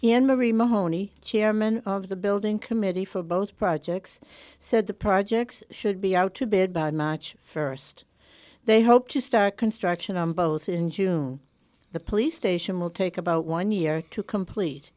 memory monye chairman of the building committee for both projects said the projects should be out to bid by march st they hope to start construction on both in june the police station will take about one year to complete